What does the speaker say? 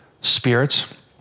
spirits